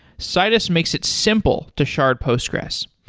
citus makes it simple to shard postgres.